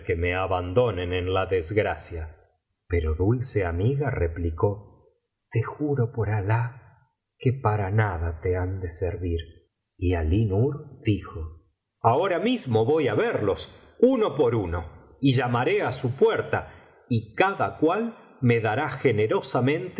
me abandonen en la desgracia pero dulce amiga replicó te juro por alali que para nada te han de servir y alínur dijo ahora mismo voy á verlos uno por uno y llamaré á su puerta y cada cual me dará